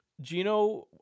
Gino